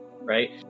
right